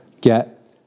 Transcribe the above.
get